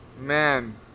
Man